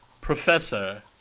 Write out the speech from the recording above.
Professor